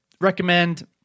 recommend